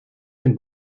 dem